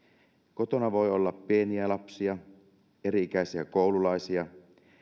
kotona voi olla pieniä lapsia eri ikäisiä koululaisia